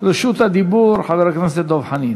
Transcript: רשות הדיבור חבר הכנסת דב חנין.